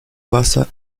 basa